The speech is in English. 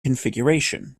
configuration